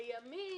לימים,